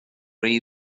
rhy